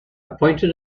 pointed